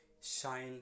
shine